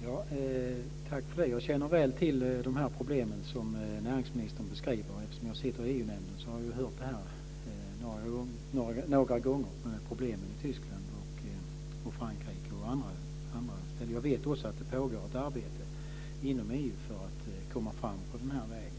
Fru talman! Tack för det! Jag känner väl till de problem som näringsministern beskriver. Eftersom jag sitter i EU-nämnden har jag hört några gånger om problemen i Tyskland och Frankrike och på andra ställen. Jag vet också att det pågår ett arbete inom EU för att man ska komma fram på den här vägen.